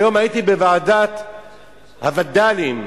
שהיום הייתי בוועדת הווד"לים,